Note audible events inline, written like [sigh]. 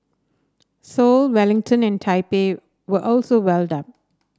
Seoul Wellington and Taipei were also well [unintelligible]